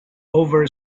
over